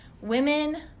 women